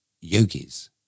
yogis